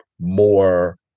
more